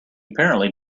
apparently